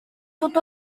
dod